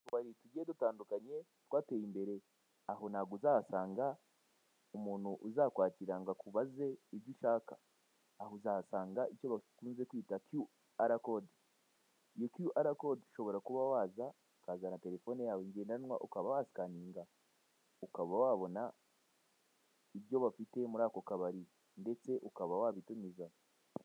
Utubari tugiye dutandukanye twateye imbere, aho ntabwo uzahasanga umuntu uzakwakira ngo akubaze icyo ushaka, aho uzasanga icyo bakunze kwita QR code. Iyo QR code ushobora kuba waza ukazana terefone yawe ngendanwa ukaba wa sikaninga, ukaba wabona ibyo bafite muri ako kabari, ndetse ukaba wabitumiza.